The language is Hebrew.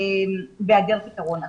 בהיעדר פתרון אחר.